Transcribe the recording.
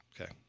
Okay